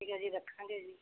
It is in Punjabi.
ਠੀਕ ਹੈ ਜੀ ਰੱਖਾਂਗੇ ਜੀ